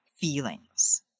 feelings